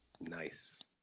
Nice